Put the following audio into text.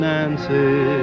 Nancy